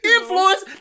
Influence